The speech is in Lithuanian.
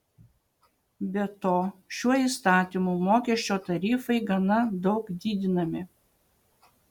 be to šiuo įstatymu mokesčio tarifai gana daug didinami